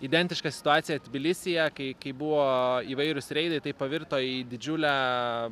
identiška situacija tbilisyje kai kai buvo įvairūs reidai tai pavirto į didžiulę